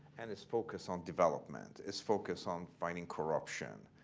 and it's focused on development. it's focused on fighting corruption.